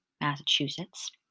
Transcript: Massachusetts